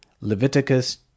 Leviticus